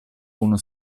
uno